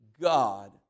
God